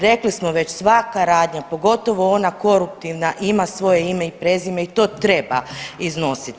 Rekli smo već svaka radnja, pogotovo ona koruptivna ima svoje ime i prezime i to treba iznositi.